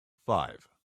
five